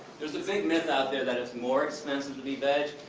there's a big myth out there that it's more expensive to be veg.